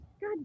God